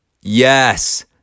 Yes